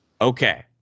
okay